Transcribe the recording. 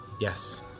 Yes